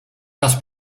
raz